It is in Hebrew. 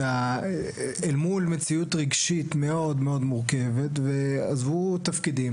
אל מול מציאות רגשית מאוד מאוד מורכבת ועזבו תפקידים,